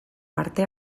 parte